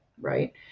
Right